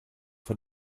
von